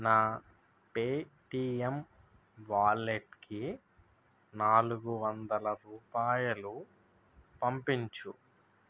నా Paytm wallet కి నాలుగువందల రూపాయలు పంపించు